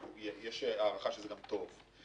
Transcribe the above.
שיש הערכה שזה גם טוב.